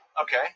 Okay